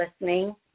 listening